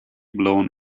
blown